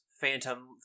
phantom